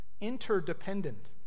interdependent